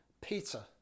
Peter